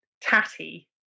tatty